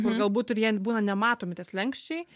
kur galbūt ir jie būna nematomi tie slenksčiai